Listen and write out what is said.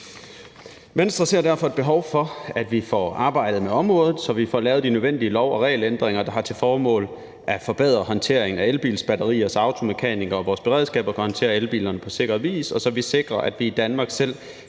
Venstre ser derfor et behov for, at vi får arbejdet med området, så vi får lavet de nødvendige lov- og regelændringer, der har til formål at forbedre håndteringen af elbilsbatterierne, så automekanikere og vores beredskab kan håndtere elbilerne på sikker vis, og så vi sikrer, at vi i Danmark selv